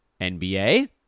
NBA